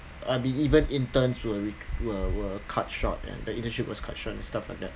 uh be even interns were were cut short and the internship was cut short and stuff like that